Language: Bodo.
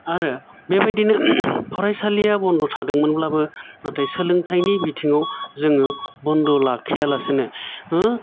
आरो बेबादिनो फरायसालिया बन्द' थादोंमोनब्लाबो नाथाय सोलोंथाइनि बिथिङाव जोङो बन्द' लाखियालासैनो